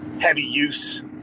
heavy-use